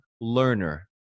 learner